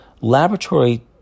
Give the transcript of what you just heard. laboratory